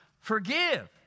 Forgive